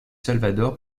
salvador